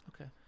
Okay